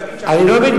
לו את זה.